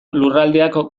lurraldeak